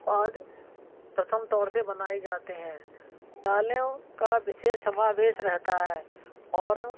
पाद प्रथम तौर से बनाए जाते हैं दालों का विशेष समावेश रहता है और